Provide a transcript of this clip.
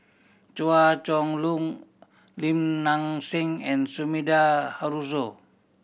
Chua Chong Long Lim Nang Seng and Sumida Haruzo